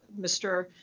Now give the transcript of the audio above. Mr